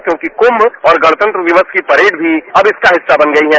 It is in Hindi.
क्योंकि कुम्म और गणतंत्र दिवस की परेड भी अब इसका हिस्सा बन गई है